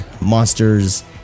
monsters